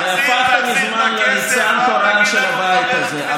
הרי הפכת מזמן לליצן תורן של הבית הזה,